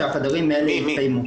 שהחדרים האלה יתקיימו.